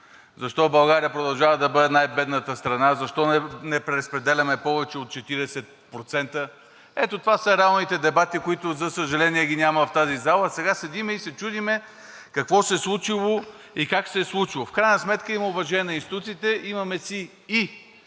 защо България продължава да бъде най-бедната страна, защо не преразпределяме повече от 40% – ето това са реалните дебати, които, за съжаление, ги няма в тази зала. Сега седим и се чудим какво се е случило и как се е случило. В крайна сметка имаме уважение на институциите, имаме си и